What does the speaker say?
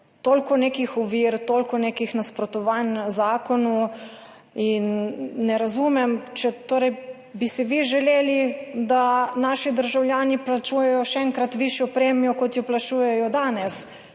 Toliko nekih ovir, toliko nekih nasprotovanj zakonu. Ne razumem, ali bi si torej vi želeli, da naši državljani plačujejo še enkrat višjo premijo, kot jo plačujejo danes,